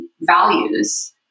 values